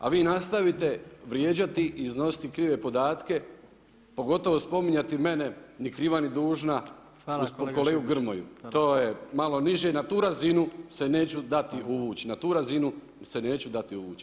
A vi nastavite vrijeđati i iznositi krive podatke, pogotovo spominjati mene ni kriva ni dužna uz kolegu Grmoju, to je malo niže i na tu razinu se neću dati uvuć, na tu razinu se neću dati uvuć.